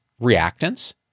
reactants